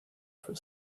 for